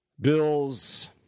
bills